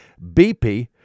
BP